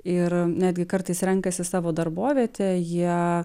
ir netgi kartais renkasi savo darbovietę jie